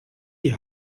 die